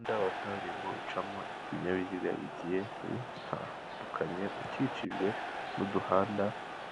Umuhanda wa kaburimbo ucamo ibinyabiziga bigiye bitandukanye, ukikijwe n'uduhanda